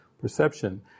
perception